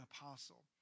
apostle